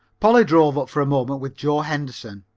polly drove up for a moment with joe henderson.